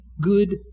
good